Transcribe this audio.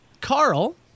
Carl